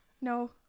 No